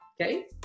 Okay